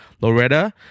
Loretta